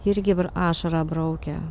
irgi ašarą braukia